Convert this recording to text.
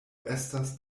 estas